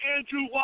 Andrew